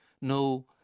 no